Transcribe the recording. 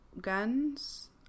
guns